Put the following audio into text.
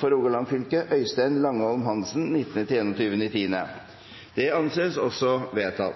For Rogaland fylke: Øystein Langholm Hansen 19.–21. oktober